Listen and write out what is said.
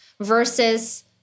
Versus